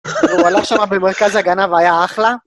הוא הלך שם במרכז ההגנה היה אחלה